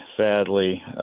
sadly